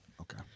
Okay